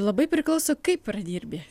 labai priklauso kaip pradirbi